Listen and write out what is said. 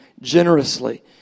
generously